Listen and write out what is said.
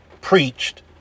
preached